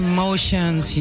Emotions